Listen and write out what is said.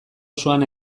osoan